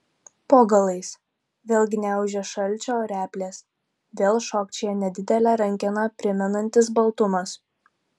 po galais vėl gniaužia šalčio replės vėl šokčioja nedidelę rankeną primenantis baltumas